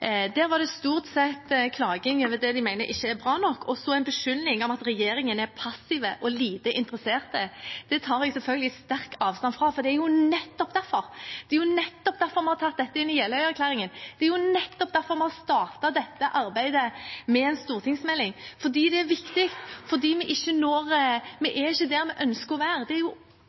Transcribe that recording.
der var det ikke mange nye innspill. Der var det stort sett klaging over det de mener ikke er bra nok, og en beskyldning om at regjeringen er passiv og lite interessert. Det tar jeg selvfølgelig sterkt avstand fra, for det er jo nettopp derfor vi har tatt dette inne i Jeløya-erklæringen, det er jo nettopp derfor vi har startet dette arbeidet med en stortingsmelding – fordi det er viktig, fordi vi ikke er der vi ønsker å være. Det er jo